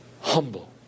Humble